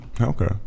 okay